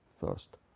first